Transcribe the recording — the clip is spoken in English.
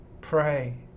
Pray